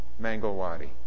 Mangalwadi